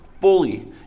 fully